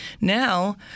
Now